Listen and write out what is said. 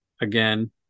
again